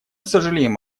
сожалеем